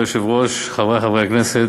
היושב-ראש, כבוד השר, חברי חברי הכנסת,